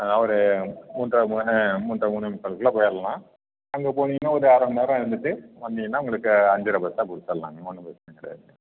அதனால ஒரு மூன்றரை மூணு மூன்றரை மூணே முக்காலுக்குள்ள போயிர்லாம் அங்கே போனிங்கன்னா ஒரு அரை மணிநேரம் இருந்துட்டு வந்திங்கன்னா உங்களுக்கு அஞ்சரை பஸ்ஸாக கொடுத்தர்லாங்கம்மா ஒன்றும் பிரச்சனை கிடையாது